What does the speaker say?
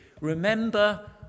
remember